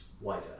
wider